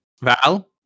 Val